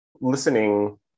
Listening